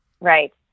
right